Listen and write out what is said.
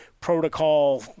protocol